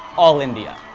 all india.